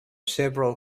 several